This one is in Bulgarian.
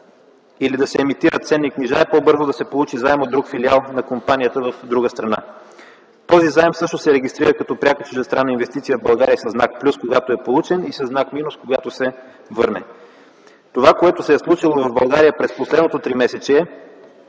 или да се имитират ценни книжа, е по-бързо да се получи заем от друг филиал на компанията в друга страна. Този заем всъщност се регистрира като пряка чуждестранна инвестиция в България със знак плюс, когато е получен, и със знак минус, когато се върне. Това, което се е случило в България през последното тримесечие,